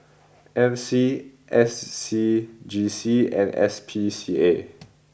M C S C G C and S P C A